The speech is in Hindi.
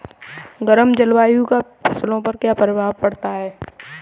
गर्म जलवायु का फसलों पर क्या प्रभाव पड़ता है?